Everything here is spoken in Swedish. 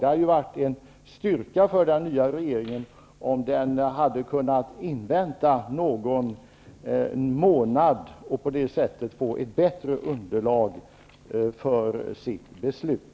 Det hade varit en styrka för den nya regeringen om den kunnat vänta någon månad och på det sättet få ett bättre underlag för sitt beslut.